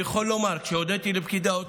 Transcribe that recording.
כשהודיתי לפקיד האוצר,